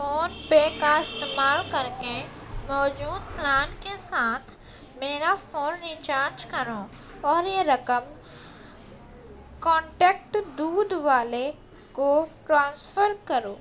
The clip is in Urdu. فون پے کا استعمال کر کے موجود پلان کے ساتھ میرا فون ریچارج کرو اور یہ رقم کانٹیکٹ دودھ والے کو ٹرانسفر کرو